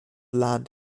land